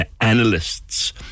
analysts